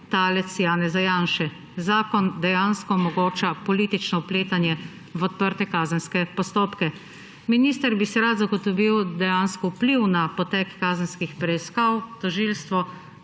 talec Janeza Janše. Zakon dejansko omogoča politično vpletanje v odprte kazenske postopke. Minister bi si dejansko rad zagotovil vpliv na potek kazenskih preiskav. Tožilstvo